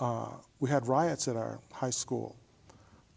houses we had riots at our high school